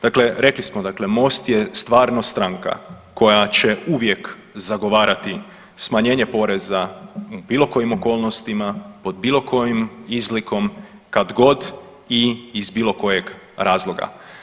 Dakle rekli smo dakle Most je stvarno stranka koja će uvijek zagovarati smanjenje poreza u bilo kojim okolnostima, pod bilo kojom izlikom, kad god i iz bilo kojeg razloga.